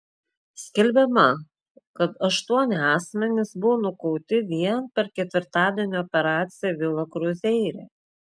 skelbiama kad aštuoni asmenys buvo nukauti vien per ketvirtadienio operaciją vila kruzeire